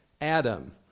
Adam